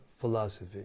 philosophy